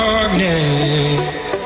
Darkness